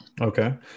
okay